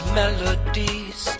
melodies